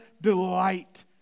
delight